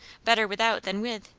better without than with.